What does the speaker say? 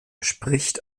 spricht